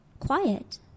Quiet